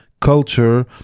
culture